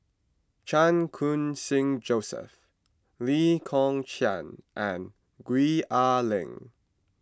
Chan Khun Sing Joseph Lee Kong Chian and Gwee Ah Leng